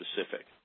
specific